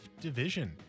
division